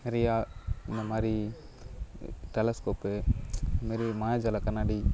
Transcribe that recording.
நிறையா இந்தமாதிரி டெலஸ்க்கோப் அதுமாரி மாயாஜால கண்ணாடி